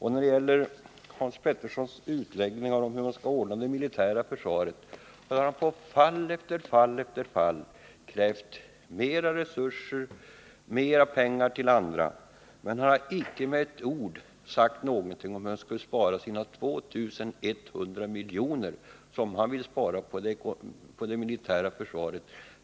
Hans Petersson har haft en lång utläggning om hur man bör ordna det militära försvaret och har på punkt efter punkt krävt mer resurser, men han har inte med ett ord sagt någonting om hur kommunisterna har tänkt sig att spara de 2 100 milj.kr. som kommunisterna vill spara redan kommande år när det gäller försvaret.